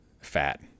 fat